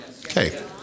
Okay